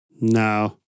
No